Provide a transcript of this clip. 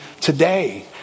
today